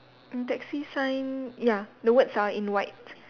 mm taxi sign ya the words are in white